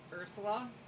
Ursula